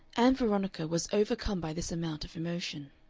ann veronica was overcome by this amount of emotion.